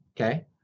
Okay